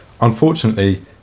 unfortunately